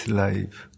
life